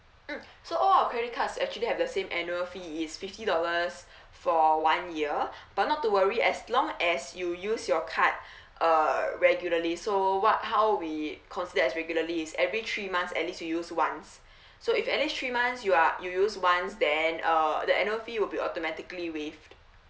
mm so all our credit card actually have the same annual fee it's fifty dollars for one year but not to worry as long as you use your card err regularly so what how we consider as regularly is every three months at least you use once so if at least three months you are you use once then uh the annual fee will be automatically waived